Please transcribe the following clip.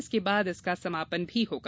इसके बाद इसका समापन भी होगा